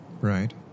Right